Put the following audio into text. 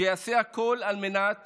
שאעשה הכול על מנת